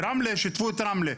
ברמלה שיתפו את רמלה.